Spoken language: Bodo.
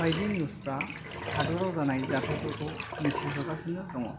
बायदि निउसफ्रा हादराव जानाय जाथायफोरखौ मिथिहोगासिनो दं